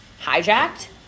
hijacked